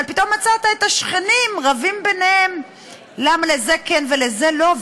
אבל פתאום מצאת את השכנים רבים ביניהם למה לזה כן ולזה לא,